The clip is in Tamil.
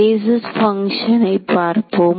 பேசிஸ் பங்க்ஷனை பார்ப்போம்